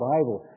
Bible